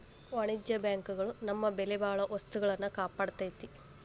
ವಾಣಿಜ್ಯ ಬ್ಯಾಂಕ್ ಗಳು ನಮ್ಮ ಬೆಲೆಬಾಳೊ ವಸ್ತುಗಳ್ನ ಕಾಪಾಡ್ತೆತಿ